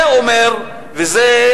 זה אומר דורשני.